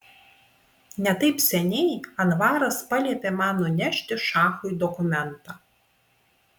ne taip seniai anvaras paliepė man nunešti šachui dokumentą